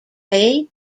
hay